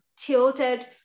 tilted